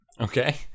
Okay